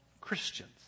Christians